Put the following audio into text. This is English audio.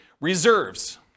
reserves